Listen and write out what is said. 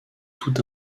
tout